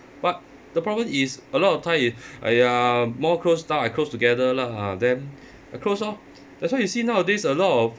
but the problem is a lot of time you !aiya! more close down I close together lah then I close lor that's why you see nowadays a lot of